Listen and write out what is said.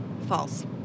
False